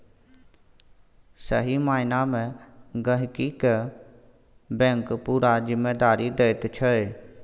सही माइना मे गहिंकी केँ बैंक पुरा जिम्मेदारी दैत छै